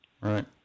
Right